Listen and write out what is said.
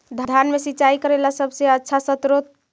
धान मे सिंचाई करे ला सबसे आछा स्त्रोत्र?